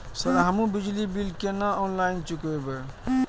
Sir हमू बिजली bill केना ऑनलाईन चुकेबे?